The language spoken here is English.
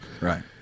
Right